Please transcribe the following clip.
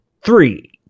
three